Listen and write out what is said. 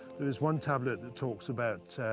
there is one tablet that talks about, ah,